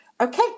Okay